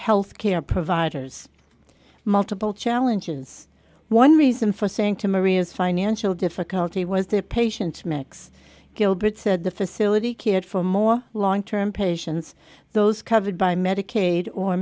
health care providers multiple challenges one reason for saying to maria's financial difficulty was their patients mix gilbert said the facility cared for more long term patients those covered by medicaid or